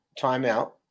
timeout